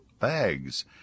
bags